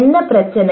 என்ன பிரச்சனை